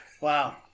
wow